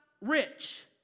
rich